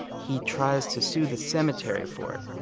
he tries to sue the cemetery for it.